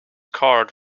carved